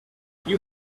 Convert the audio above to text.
you